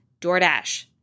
DoorDash